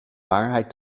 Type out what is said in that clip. waarheid